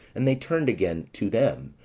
and they turned again to them,